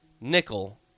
nickel